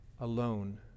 alone